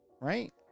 Right